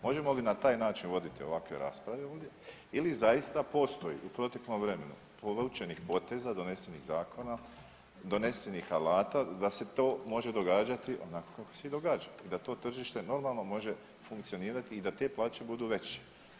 Možemo li na taj način voditi ovakve rasprave ovdje ili zaista postoji u proteklom vremenu povučenih poteza, donesenih zakona, donesenih alata da se to može događati onako kako se i događa i da to tržište normalno može funkcionirati i da te plaće budu veće.